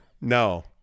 No